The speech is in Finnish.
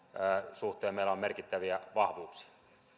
suhteen meillä on merkittäviä vahvuuksia